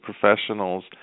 professionals